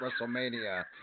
WrestleMania